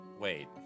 wait